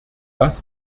das